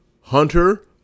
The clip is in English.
Hunter